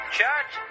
Church